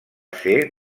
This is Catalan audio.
ser